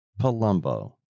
Palumbo